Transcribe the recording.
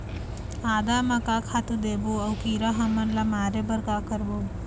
आदा म का खातू देबो अऊ कीरा हमन ला मारे बर का करबो?